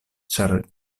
ĉar